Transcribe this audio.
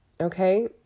okay